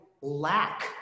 lack